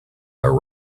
are